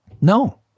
No